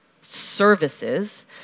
services